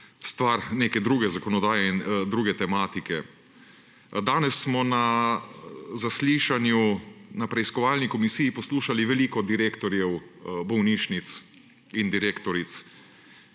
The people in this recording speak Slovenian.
stvar neke druge zakonodaje in druge tematike. Danes smo na zaslišanju na preiskovalni komisiji poslušali veliko direktorjev bolnišnic in direktoric,